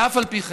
ואף על פי כן,